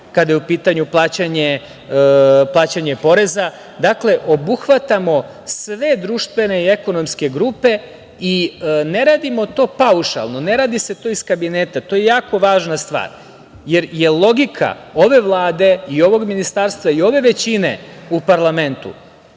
kada je u pitanju plaćanje poreza. Dakle, obuhvatamo sve društvene i ekonomske grupe i ne radimo to paušalno, ne radi se to iz kabineta, to je jako važna stvar, jer je logika ove Vlade i ovog ministarstva i ove većine u parlamentu